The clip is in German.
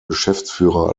geschäftsführer